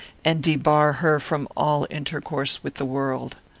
and debar her from all intercourse with the world.